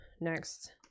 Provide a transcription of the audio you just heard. next